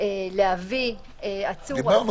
להביא עצור או אסיר לדיון --- דיברנו,